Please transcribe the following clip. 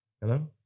Hello